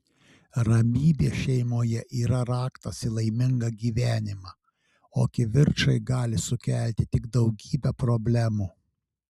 ramybė šeimoje yra raktas į laimingą gyvenimą o kivirčai gali sukelti tik daugybę problemų